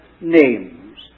names